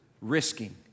risking